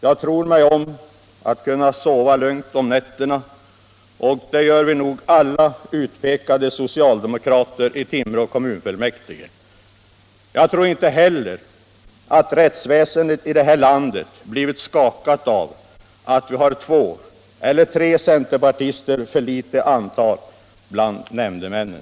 Jag tror mig om att kunna sova lugnt om nätterna, och det gör vi nog alla utpekade socialdemokrater i Timrå kommunfullmäktige. Jag tror inte heller att rättsväsendet i det här landet blivit skakat av att vi har två eller tre centerpartister för litet i antal bland nämndemännen.